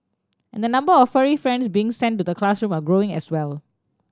and the number of furry friends being sent to the classroom are growing as well